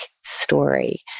story